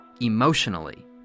emotionally